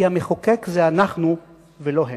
כי המחוקק זה אנחנו ולא הם.